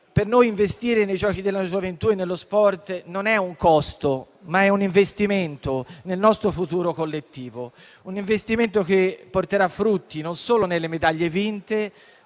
Per noi investire nei giochi della gioventù e nello sport non è un costo, ma è un investimento nel nostro futuro collettivo; un investimento che porterà frutti non solo nelle medaglie vinte